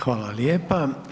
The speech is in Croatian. Hvala lijepa.